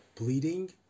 bleeding